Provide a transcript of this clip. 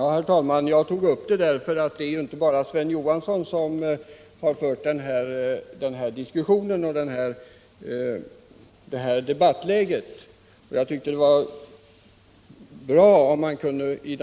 Herr talman! Jag tog upp frågan därför att det inte bara är Sven Johansson som har fört den här diskussionen om vad som sades i valrörelsen. Jag tycker det vore bra om man